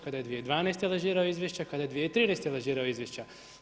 Kada je 2012. lažirao izvješća?, Kada je 2013. lažirao izvješća?